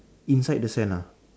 inside the sand ah